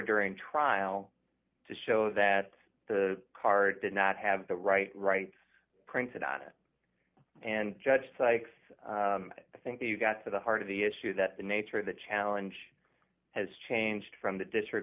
during trial to show that the card did not have the right rights printed on it and judge sykes i think they've got to the heart of the issue that the nature of the challenge has changed from the district